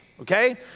Okay